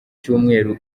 cyumweru